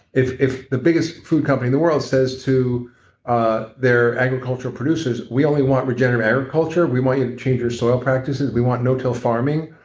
if if the biggest food company in the world says to ah their agricultural producers we only want regenerative agriculture. we want you to change your soil practices. we want no-till farming.